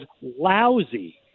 lousy